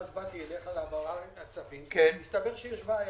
ואז באתי אליך להעברת הצווים והסתבר שיש בעיה.